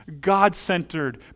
God-centered